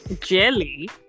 Jelly